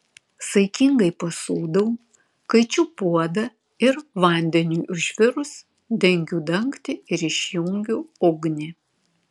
saikingai pasūdau kaičiu puodą ir vandeniui užvirus dengiu dangtį ir išjungiu ugnį